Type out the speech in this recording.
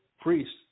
priests